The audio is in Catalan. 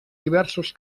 diversos